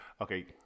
Okay